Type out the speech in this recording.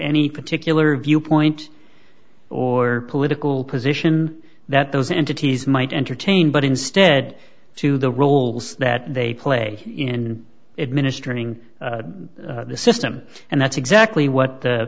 any particular viewpoint or political position that those entities might entertain but instead to the roles that they play in it ministering the system and that's exactly what the